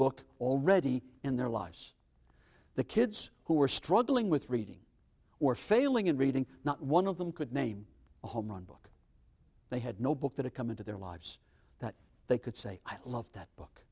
book already in their lives the kids who were struggling with reading or failing and reading not one of them could name a home run book they had no book that had come into their lives that they could say i love that book